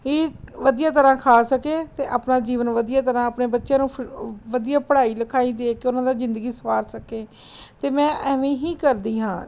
ਹੀ ਵਧੀਆ ਤਰ੍ਹਾਂ ਖਾ ਸਕੇ ਅਤੇ ਆਪਣਾ ਜੀਵਨ ਵਧੀਆ ਤਰ੍ਹਾਂ ਆਪਣੇ ਬੱਚਿਆਂ ਨੂੰ ਫ ਵਧੀਆ ਪੜ੍ਹਾਈ ਲਿਖਾਈ ਦੇ ਕੇ ਉਹਨਾਂ ਦਾ ਜ਼ਿੰਦਗੀ ਸਵਾਰ ਸਕੇ ਅਤੇ ਮੈਂ ਐਵੇਂ ਹੀ ਕਰਦੀ ਹਾਂ